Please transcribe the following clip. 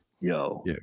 Yo